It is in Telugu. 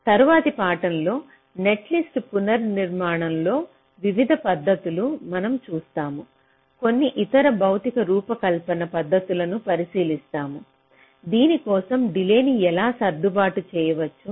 తరువాతి పాఠం లో నెట్లిస్టుల పునర్నిర్మాణంలో వివిధ పద్ధతులు మనం చూస్తాము కొన్ని ఇతర భౌతిక రూపకల్పన పద్ధతులను పరిశీలిస్తాము దీని కోసం డిలేన్ని ఎలా సర్దుబాటు చేయవచ్చు